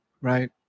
right